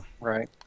Right